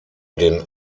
den